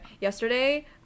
yesterday